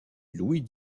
louis